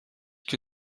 que